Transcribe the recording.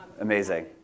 Amazing